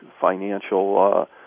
financial